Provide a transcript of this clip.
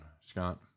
Scott